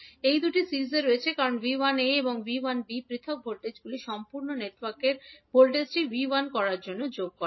এখন এই দুটি সিরিজে রয়েছে কারণ V1𝒂 এবং 𝐕1𝒃 পৃথক ভোল্টেজগুলি সম্পূর্ণ নেটওয়ার্কের ভোল্টেজটি 𝐕1 করার জন্য যোগ করে